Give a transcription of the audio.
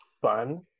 fun